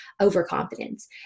overconfidence